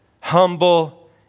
humble